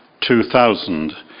2000